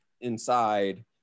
inside